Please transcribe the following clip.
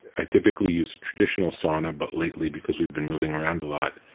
i typically use a traditional sauna but lately because we've been moving around a lot,